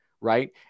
Right